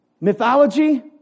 mythology